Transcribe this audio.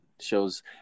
shows